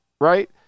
right